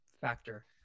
factor